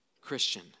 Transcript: christian